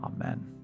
Amen